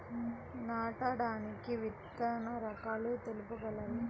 నాటడానికి విత్తన రకాలు తెలుపగలరు?